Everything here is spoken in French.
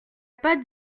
pas